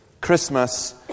Christmas